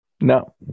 No